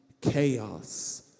chaos